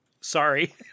sorry